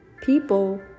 people